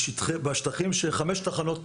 בשטחים שחמש תחנות